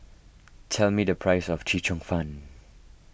tell me the price of Chee Cheong Fun